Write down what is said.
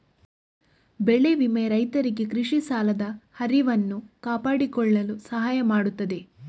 ಬೆಳೆ ವಿಮೆ ರೈತರಿಗೆ ಕೃಷಿ ಸಾಲದ ಹರಿವನ್ನು ಕಾಪಾಡಿಕೊಳ್ಳಲು ಸಹಾಯ ಮಾಡುತ್ತದೆ